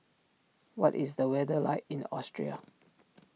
what is the weather like in Austria